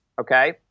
Okay